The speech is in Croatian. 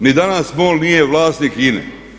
Ni danas MOL nije vlasnik INA-e.